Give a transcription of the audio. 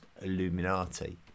Illuminati